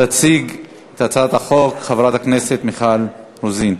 תציג את הצעת החוק חברת הכנסת מיכל רוזין.